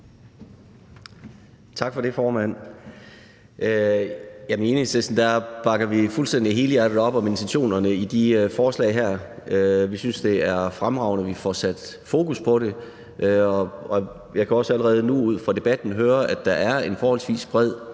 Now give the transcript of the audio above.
Tak for det, formand. I Enhedslisten bakker vi fuldstændig og helhjertet op om intentionerne i de her forslag. Vi synes, det er fremragende, at vi får sat fokus på det, og jeg kan også allerede nu ud fra debatten høre, at der er en forholdsvis bred